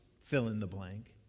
fill-in-the-blank